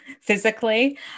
physically